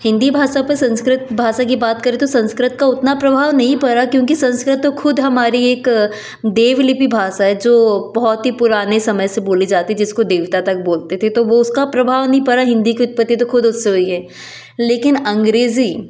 हिंदी भाषा पे संस्कृत भाषा की बात करें तो संस्कृत का उतना प्रभाव नहीं पड़ा क्योंकि संस्कृत तो खुद हमारी एक देवलिपि भाषा है जो बहुत ही पुराने समय से बोली जाती है जिसको देवता तक बोलते थे तो वो उसका प्रभाव नहीं पड़ा हिंदी की उत्पत्ति तो खुद उससे हुई है लेकिन अंग्रेज़ी